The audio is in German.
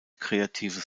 kreatives